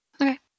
Okay